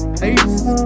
Peace